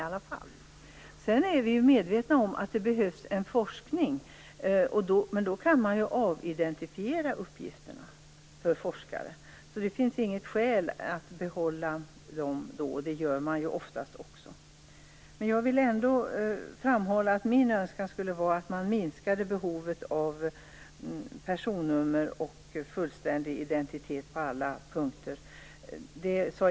Vi är medvetna om att det behövs en forskning. Men man kan då avidentifiera uppgifterna för forskare. Det finns inget skäl att inte göra det, och det gör man också oftast. Jag vill ändå framhålla att min önskan är att man minskade behovet av personnummer och fullständig identitet på alla punkter.